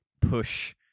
push